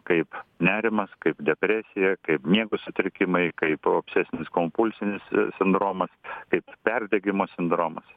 kaip nerimas kaip depresija kaip miego sutrikimai kaip obsesinis kompulsinis sindromas kaip perdegimo sindromas